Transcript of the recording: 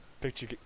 Picture